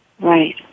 Right